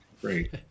great